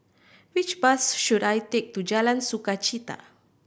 which bus should I take to Jalan Sukachita